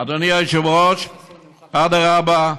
אדוני היושב-ראש, אדרבה,